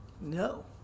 No